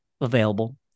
available